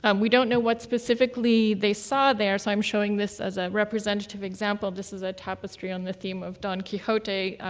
and we don't know what specifically they saw there so i'm showing this as a representative example. this is a tapestry on the theme of don quixote,